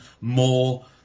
more